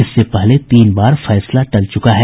इससे पहले तीन बार फैसला टल चुका है